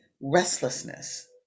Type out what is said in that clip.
restlessness